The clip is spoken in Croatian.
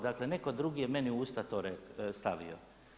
Dakle neko drugi je meni u usta to stavio.